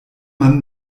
man